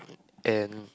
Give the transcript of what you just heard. and